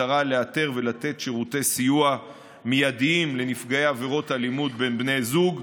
במטרה לאתר ולתת שירותי סיוע מיידיים לנפגעי עבירות אלימות בין בני זוג.